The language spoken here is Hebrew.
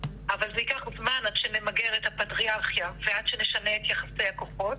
אבל זה ייקח זמן עד שנמגר את הפטריארכיה ועד שנשנה את יחסי הכוחות.